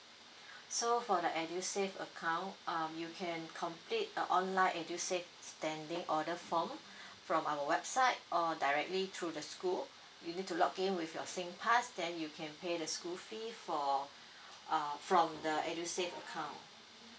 so for the edusave account um you can complete the online edusave standing order form from our website or directly through the school you need to log in with your singpass then you can pay the school fee for uh from the edusave account